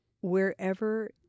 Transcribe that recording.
wherever